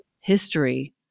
history